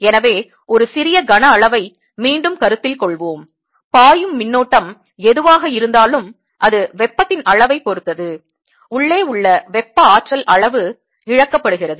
எனவே ஒரு சிறிய கனஅளவை மீண்டும் கருத்தில் கொள்வோம் பாயும் மின்னோட்டம் எதுவாக இருந்தாலும் அது வெப்பத்தின் அளவைப் பொறுத்தது உள்ளே உள்ள வெப்ப ஆற்றல் அளவு இழக்கப்படுகிறது